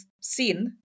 seen